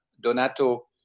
Donato